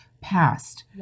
passed